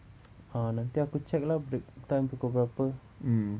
ah nanti aku check lah break time pukul berapa